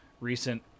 recent